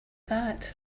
that